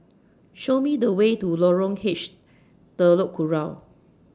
Show Me The Way to Lorong H Telok Kurau